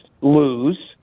lose